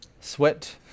sweat